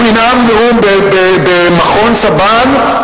הוא ינאם נאום במכון סבן.